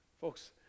Folks